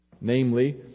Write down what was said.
namely